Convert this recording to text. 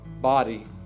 body